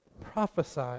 prophesy